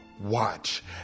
Watch